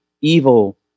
evil